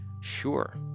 sure